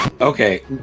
Okay